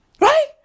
Right